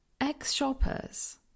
Ex-shoppers